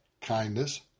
kindness